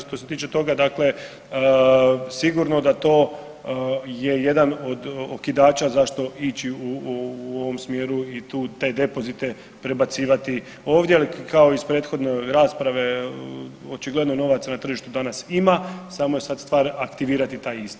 Što se tiče toga, dakle, sigurno da to je jedan od okidača zašto ići u ovom smjeru i tu, te depozite prebacivati ovdje, ali kao i iz prethodne rasprave, očigledno novaca na tržištu danas ima, samo je stvar, aktivirati taj isti.